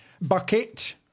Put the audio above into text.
bucket